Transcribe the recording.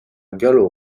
gallo